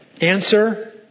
Answer